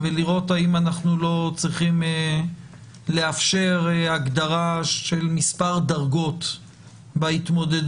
ונראה האם אנחנו לא צריכים לאפשר הגדרה של מספר דרגות בהתמודדות